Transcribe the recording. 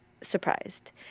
surprised